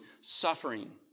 suffering